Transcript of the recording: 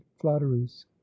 flatteries